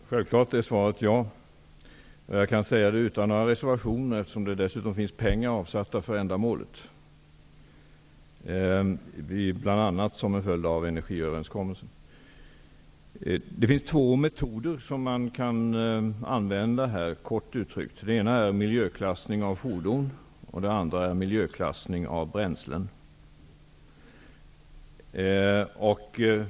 Herr talman! Självklart är svaret ja. Jag kan säga det utan några reservationer, eftersom det dessutom finns pengar avsatta för ändamålet, bl.a. Det finns två metoder som man kan använda, kort uttryckt. Den ena är miljöklassning av fordon, och den andra är miljöklassning av bränslen.